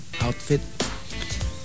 Outfit